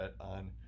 on